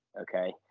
Okay